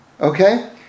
Okay